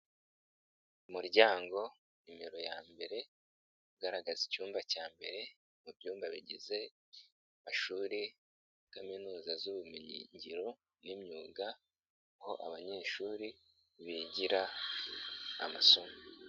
Umuryango nimero ya mbere ugaragaza icyumba cya mbere mu byumba bigize amashuri kaminuza z'ubumenyigiro n'imyuga, ho abanyeshuri bigira amasomo.